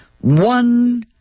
One